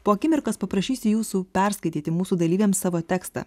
po akimirkos paprašysiu jūsų perskaityti mūsų dalyviams savo tekstą